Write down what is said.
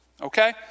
Okay